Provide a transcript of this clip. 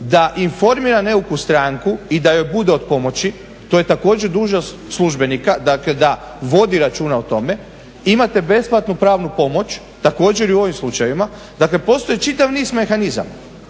da informira neuku stranku i da joj bude od pomoći, to je također dužnost službenika, dakle da vodi računa o tome, imate besplatnu pravu pomoć, također i u ovim slučajevima. Dakle, postoji čitav niz mehanizama.